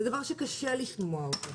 זה דבר שקשה לשמוע אותו,